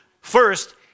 First